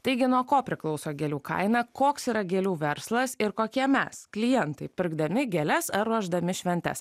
taigi nuo ko priklauso gėlių kaina koks yra gėlių verslas ir kokie mes klientai pirkdami gėles ar ruošdami šventes